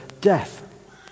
death